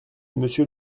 monsieur